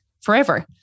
forever